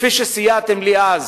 כפי שסייעתם לי אז,